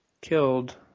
killed